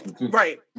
Right